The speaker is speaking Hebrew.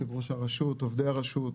יושב ראש הרשות, עובדי הרשות,